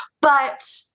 But-